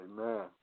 Amen